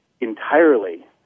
entirely